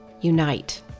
unite